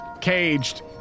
caged